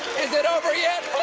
is it over yet?